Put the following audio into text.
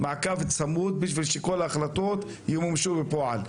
מעקב צמוד בשביל שכול ההחלטות ימומשו בפועל.